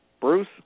Bruce